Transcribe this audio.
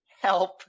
help